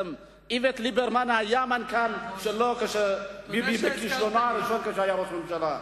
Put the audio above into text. איווט ליברמן היה מנכ"ל שלו כשביבי בכישלונו הראשון היה ראש ממשלה.